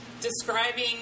describing